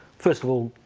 first of all,